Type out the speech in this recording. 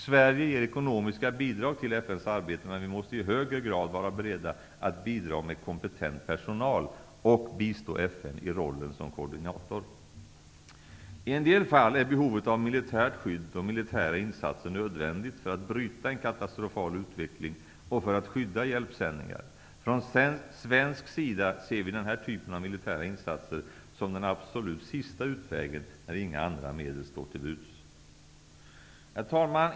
Sverige ger ekonomiska bidrag till FN:s arbete, men vi måste i högre grad vara beredda att bidra med kompetent personal och bistå FN i rollen som koordinator. I en del fall är militärt skydd och militära insatser nödvändiga för att bryta en katastrofal utveckling och för att skydda hjälpsändningar. Från svensk sida ser vi den här typen av militära insatser som den absolut sista utvägen när inga andra medel står till buds. Herr talman!